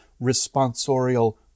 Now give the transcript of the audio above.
Responsorial